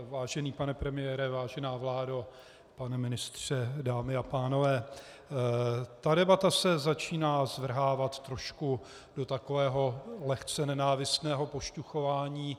Vážený pane premiére, vážená vládo, pane ministře, dámy a pánové, ta debata se začíná zvrhávat trošku do takového lehce nenávistného pošťuchování.